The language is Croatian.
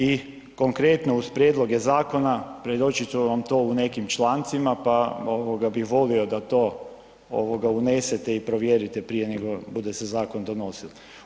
I konkretno, uz prijedloge zakona, predočit ću vam to u nekim člancima pa bi volio da to unesete i provjerite prije nego bude se zakon donosio.